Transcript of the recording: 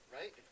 right